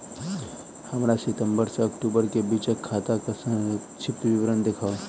हमरा सितम्बर सँ अक्टूबर केँ बीचक खाता केँ संक्षिप्त विवरण देखाऊ?